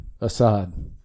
Assad